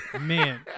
Man